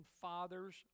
fathers